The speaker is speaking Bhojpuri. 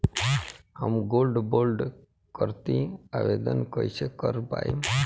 हम गोल्ड बोंड करतिं आवेदन कइसे कर पाइब?